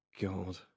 God